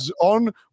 On